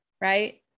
Right